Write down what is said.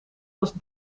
was